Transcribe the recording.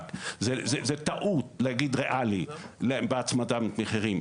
וזו טעות להגיד "ריאלי" בהצמדת מחירים.